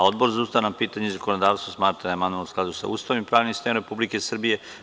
Odbor za ustavna pitanja i zakonodavstvo smatra da je amandman u skladu sa Ustavom i pravnim sistemom Republike Srbije.